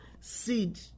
seed